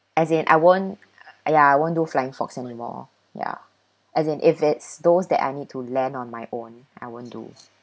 as in I won't ya I won't do flying fox anymore ya as in if it's those that I need to land on my own I won't do